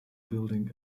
building